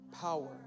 Power